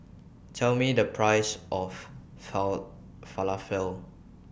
Tell Me The Price of Falafel